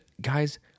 Guys